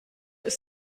ist